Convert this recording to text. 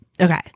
Okay